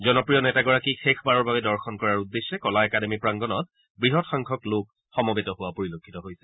জনপ্ৰিয় নেতাগৰাকীক শেষবাৰৰ বাবে দৰ্শন কৰাৰ উদ্দেশ্যে কলা একাডেমী প্ৰাংগণত বৃহৎ সংখ্যক লোক সমবেত হোৱা পৰিলক্ষিত হৈছে